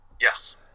Yes